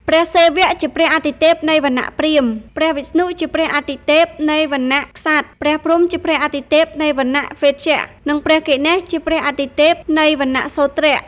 ព្រះសិវៈ ជាព្រះអាទិទេពនៃវណ្ណៈព្រាហ្មណ៍ ព្រះវិស្ណុ ជាព្រះអាទិទេពនៃវណ្ណៈក្សត្រ ព្រះព្រហ្ម ជាព្រះអាទិទេពនៃវណ្ណៈវេស្យៈ និង ព្រះគណេស ជាព្រះអាទិទេពនៃវណ្ណៈសូទ្រៈ។